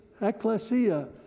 ecclesia